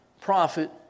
prophet